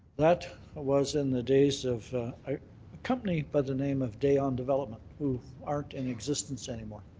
that was in the days of a company by the name of daon development, who aren't in existence anymore.